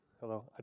Hello